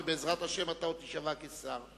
ובעזרת השם אתה עוד תישבע כשר,